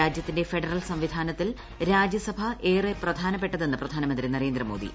രാജ്യത്തിന്റെ ഫെഡറൽ സംവിധാന്യത്തിൽ രാജ്യസഭ ഏറെ പ്രധാനപ്പെട്ടതെന്ന് പ്രധാനമന്ത്രി ന്ന്റര്യേന്ദ്ര്മോദി